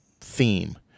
theme